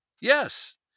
Yes